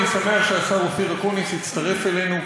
אני שמח שהשר אופיר אקוניס הצטרף אלינו,